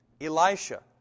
Elisha